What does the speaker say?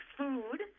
food